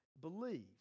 believe